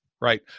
right